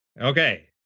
Okay